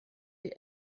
die